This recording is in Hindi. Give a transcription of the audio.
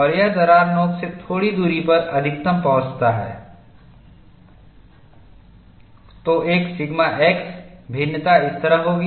और यह दरार नोक से थोड़ी दूरी पर अधिकतम पहुंचता है तो एक सिग्मा x भिन्नता इस तरह होगी